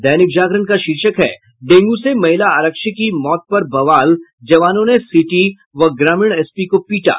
दैनिक जागरण का शीर्षक है डेंगू से महिला आरक्षी की मौत पर बवाल जवानों ने सिटी व ग्रामीण एसपी को पीटा